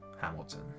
Hamilton